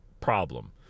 problem